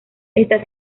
está